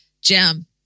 Jim